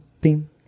bing